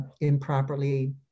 improperly